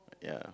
ya